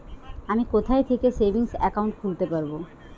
আমি কোথায় থেকে সেভিংস একাউন্ট খুলতে পারবো?